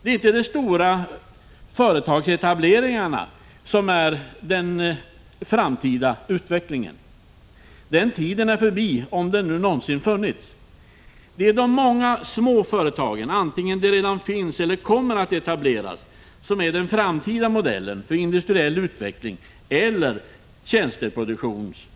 Det är inte de stora företagsetableringarna som är den framtida utvecklingen. Den tiden är förbi — om den nu någonsin funnits. Det är de många små företagen — vare sig de redan finns eller kommer att etableras — som är den framtida modellen för industriell utveckling eller utveckling av tjänsteproduktion.